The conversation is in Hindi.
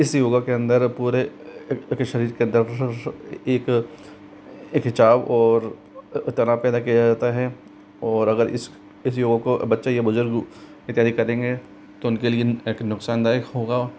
इस योग के अंदर पूरे शरीर के अंदर एक एक खिचाव और तनाव पैदा किया जाता है और अगर इस योग को बच्चे या बुज़ुर्ग करेंगे तो उन के लिए एक नुकसानदायक होगा